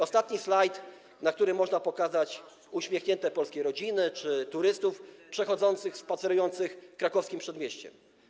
Ostatni slajd, na którym można pokazać uśmiechnięte polskie rodziny czy turystów przechadzających się, spacerujących Krakowskim Przedmieściem.